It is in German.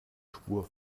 spur